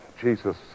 Jesus